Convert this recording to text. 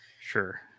sure